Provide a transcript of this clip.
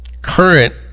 current